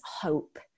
hope